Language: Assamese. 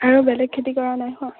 আৰু বেলেগ খেতি কৰা নাই হোৱা